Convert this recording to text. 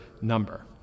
number